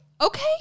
Okay